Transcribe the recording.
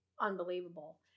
unbelievable